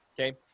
Okay